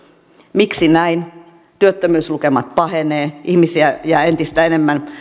miksi näin työttömyyslukemat pahenevat ihmisiä jää entistä enemmän